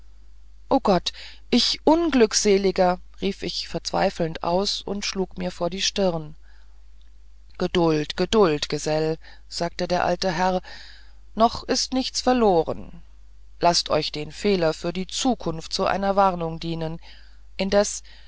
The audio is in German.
o gott ich unglückseliger rief ich verzweifelnd aus und schlug mich vor die stirne geduld geduld gesell sagte der alte herr noch ist nicht alles verloren laßt euch den fehler für die zukunft zu einer warnung dienen indes